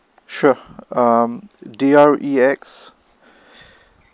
sure um D R E X